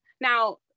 now